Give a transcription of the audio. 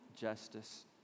justice